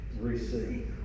receive